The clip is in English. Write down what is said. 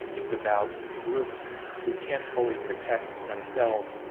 it's about groups who can't fully protect themselves.